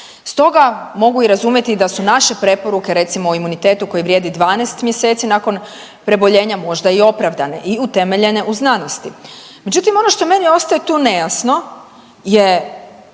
Stoga mogu i razumjeti da su naše preporuke recimo o imunitetu koji vrijedi 12 mjeseci nakon preboljenja možda i opravdane i utemeljene u znanosti. Međutim, ono što meni ostaje tu nejasno je